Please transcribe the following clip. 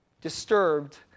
disturbed